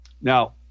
Now